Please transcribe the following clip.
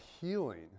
healing